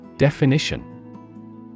Definition